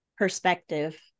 Perspective